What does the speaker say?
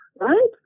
right